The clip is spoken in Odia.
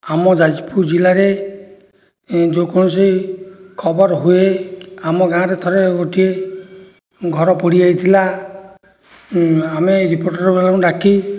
ଆମ ଯାଜପୁର ଜିଲ୍ଲାରେ ଯେକୌଣସି ଖବର ହୁଏ ଆମ ଗାଁରେ ଥରେ ଗୋଟିଏ ଘର ପୋଡ଼ିଯାଇଥିଲା ଆମେ ରିପୋର୍ଟରବାଲାଙ୍କୁ ଡାକି